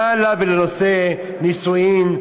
מה לה ולנושא נישואים,